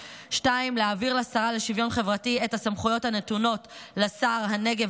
2. להעביר לשרה לשוויון חברתי את הסמכויות הנתונות לשר הנגב,